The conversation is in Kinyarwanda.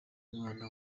umwana